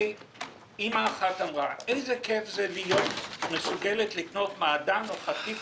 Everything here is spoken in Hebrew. אימא אחת אמרה: "איזה כיף זה להיות מסוגלת לקנות מעדן או חטיף